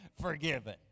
forgiven